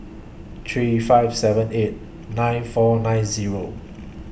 three five seven eight nine four nine Zero